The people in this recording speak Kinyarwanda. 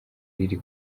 riri